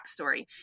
backstory